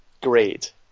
great